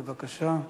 בבקשה.